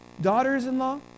daughters-in-law